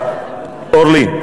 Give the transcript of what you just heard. אורלי,